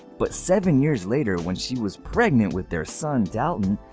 but seven years later, when she was pregnant with their son, dalton,